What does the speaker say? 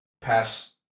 past –